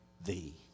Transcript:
Thee